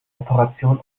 operation